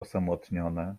osamotnione